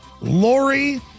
Lori